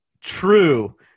true